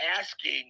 asking